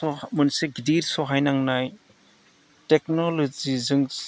मोनसे गिदिर सहायनांनाय टेक्नल'जिजों